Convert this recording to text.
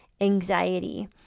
anxiety